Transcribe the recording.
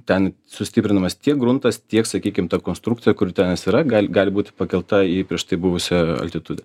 ten sustiprinamas tiek gruntas tiek sakykim ta konstrukcija kur tenais yra gal gali būti pakelta į prieš tai buvusią altitudę